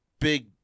big